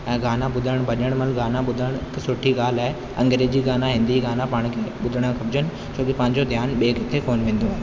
ऐं गाना ॿुधणु भॼण महिल गाना ॿुधणु सुठी ॻाल्हि आहे अंग्रेजी गाना हिंदी गाना पाण खे ॿुधणु खपिजनि छो की पंहिंजो ध्यानु ॿिए किथे कोन वेंदो आहे